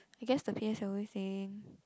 I guess the P_S_L_E thing